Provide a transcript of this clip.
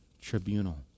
tribunal